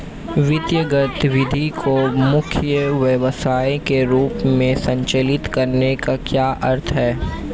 वित्तीय गतिविधि को मुख्य व्यवसाय के रूप में संचालित करने का क्या अर्थ है?